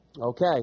Okay